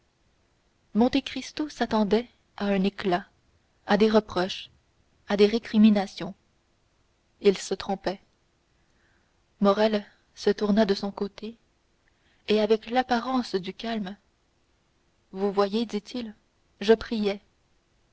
cherchais monte cristo s'attendait à un éclat à des reproches à des récriminations il se trompait morrel se tourna de son côté et avec l'apparence du calme vous voyez dit-il je priais